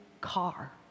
car